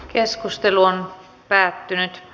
keskustelu päättyi